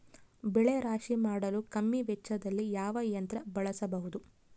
ಬೆಳೆ ರಾಶಿ ಮಾಡಲು ಕಮ್ಮಿ ವೆಚ್ಚದಲ್ಲಿ ಯಾವ ಯಂತ್ರ ಬಳಸಬಹುದು?